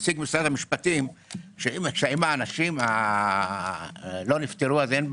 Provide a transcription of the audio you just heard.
נציג משרד המשפטים הזכיר שאם האנשים לא נפטרו אז אין בעיה.